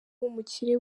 w’umukire